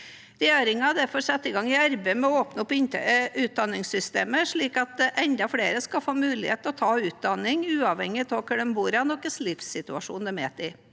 Regjeringen har derfor satt i gang et arbeid med å åpne opp utdanningssystemet, slik at enda flere skal få mulighet til å ta utdanning, uavhengig av hvor de bor, og hva slags livssituasjon de er i.